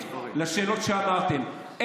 עכשיו, אחרי שאמרתי את כל הדברים האלה,